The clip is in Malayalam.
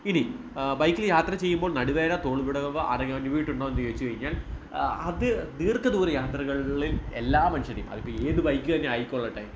ഇനി ബൈക്കിൽ യാത്ര ചെയ്യുമ്പോൾ നടുവേദന തോൾവിടവ് എന്ന് ചോദിച്ചു കഴിഞ്ഞാൽ അത് ദീർഘദൂര യാത്രകളിൽ എല്ലാ മനുഷ്യരെയും അതിപ്പോൾ ഏത് ബൈക്ക് തന്നെ ആയികൊള്ളട്ടെ